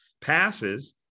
passes